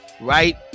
right